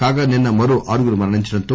కాగా నిన్న మరో ఆరుగురు మరణించటంతో